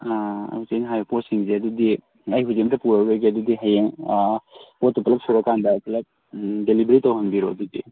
ꯑꯥ ꯍꯧꯖꯤꯛ ꯑꯩꯅ ꯍꯥꯏꯕ ꯄꯣꯠꯁꯤꯡꯁꯦ ꯑꯗꯨꯗꯤ ꯑꯩ ꯍꯧꯖꯤꯛ ꯑꯃꯇ ꯄꯨꯔꯔꯣꯏꯒꯦ ꯑꯗꯨꯗꯤ ꯍꯌꯦꯡ ꯄꯣꯠꯇꯨ ꯂꯣꯏ ꯁꯨꯔ ꯀꯥꯟꯗ ꯄꯨꯂꯞ ꯎꯝ ꯗꯦꯂꯤꯕꯔꯤ ꯇꯧꯍꯟꯕꯤꯔꯣ ꯑꯗꯨꯗꯤ